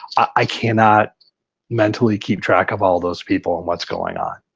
i cannot mentally keep track of all those people and what's going on.